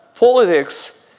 Politics